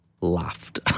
laughed